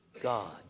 God